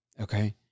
Okay